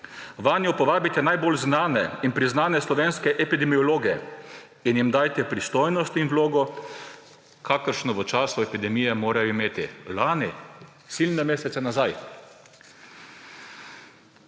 Vanjo povabite najbolj znane in priznane slovenske epidemiologe in jim dajte pristojnost in vlogo, kakršno v času epidemije morajo imeti. Lani, silne mesece nazaj.